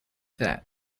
that